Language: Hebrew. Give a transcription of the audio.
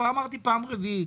כבר אמרתי פעם רביעית.